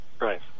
Right